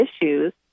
issues